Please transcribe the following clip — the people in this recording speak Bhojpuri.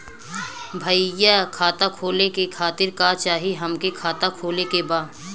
भईया खाता खोले खातिर का चाही हमके खाता खोले के बा?